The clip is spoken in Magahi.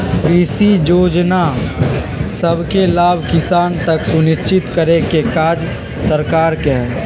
कृषि जोजना सभके लाभ किसान तक सुनिश्चित करेके काज सरकार के हइ